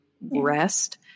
rest